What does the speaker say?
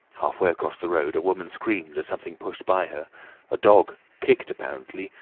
half-way across the road a woman screamed as something pushed by her a dog, kicked apparently,